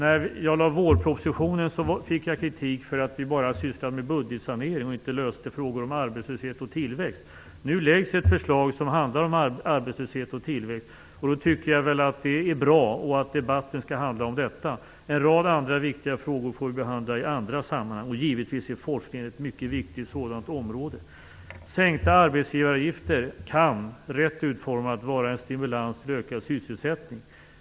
Då jag lade fram vårpropositionen fick jag kritik för att vi bara sysslade med bugdetsanering och inte löste frågor om arbetslöshet och tillväxt. Nu läggs ett förslag om arbetslöshet och tillväxt. Det är väl bra. Likaså skall väl debatten handla om de sakerna. En rad andra viktiga frågor får vi, som sagt, behandla i andra sammanhang. Givetvis är forskningen ett mycket viktigt område. Sänkta arbetsgivaravgifter kan, rätt utformade, vara en stimulans till ökad sysselsättning.